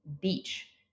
beach